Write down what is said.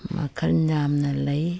ꯃꯈꯟ ꯌꯥꯝꯅ ꯂꯩ